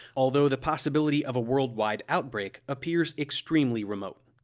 although the possibility of a worldwide outbreak appears extremely remote.